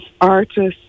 artists